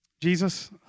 Jesus